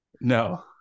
No